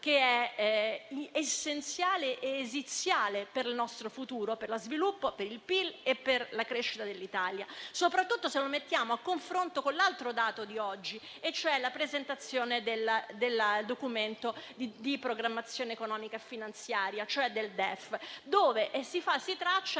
avviso essenziale - ed esiziale - per il nostro futuro, per lo sviluppo, per il PIL e per la crescita dell'Italia, soprattutto se lo mettiamo a confronto con l'altro dato di oggi, e cioè la presentazione del Documento di economia e finanza, il DEF, in cui si traccia